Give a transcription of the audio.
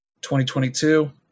2022